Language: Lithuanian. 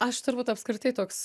aš turbūt apskritai toks